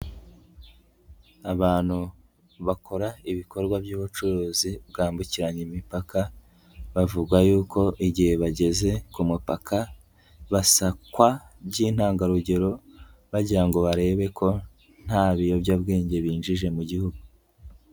Abantu bakora ibikorwa by'ubucuruzi bwambukiranya imipaka bavuga yuko igihe bageze ku mupaka basakwa by'intangarugero bagira ngo barebe ko nta biyobyabwenge binjije mu Gihugu.